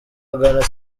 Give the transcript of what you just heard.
agana